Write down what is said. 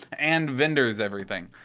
and vendors everything.